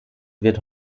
wird